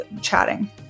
chatting